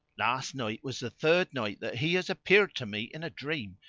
last night was the third night that he has appeared to me in a dream.